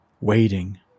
waiting